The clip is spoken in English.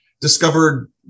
discovered